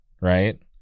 right